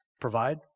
provide